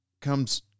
comes